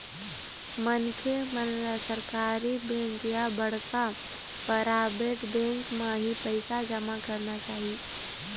मनखे मन ल सरकारी बेंक या बड़का पराबेट बेंक म ही पइसा जमा करना चाही